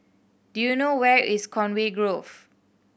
do you know where is Conway Grove